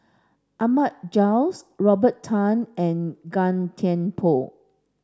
Ahmad Jais Robert Tan and Gan Thiam Poh